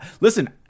listen